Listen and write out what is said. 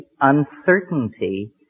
uncertainty